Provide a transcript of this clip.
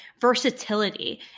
versatility